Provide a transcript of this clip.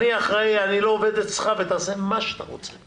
אני אחראי, אני לא עובד אצלך, ותעשה מה שאתה רוצה